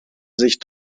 sich